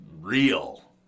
real